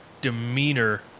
demeanor